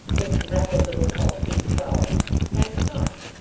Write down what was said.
its rapid little pulse beat twelve and stopped.